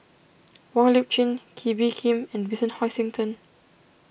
Wong Lip Chin Kee Bee Khim and Vincent Hoisington